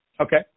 okay